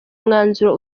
mwanzuro